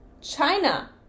China